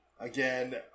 again